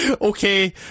okay